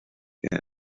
again